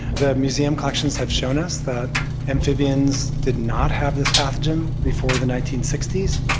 the museum collections have shown us that amphibians did not have this pathogen before the nineteen sixty s,